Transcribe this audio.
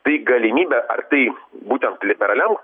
tai galimybė ar tai būtent liberaliam